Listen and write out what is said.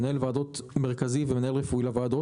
מנהל ועדות מרכזי ומנהל רפואי לוועדות.